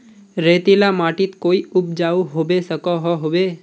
रेतीला माटित कोई उपजाऊ होबे सकोहो होबे?